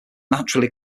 natural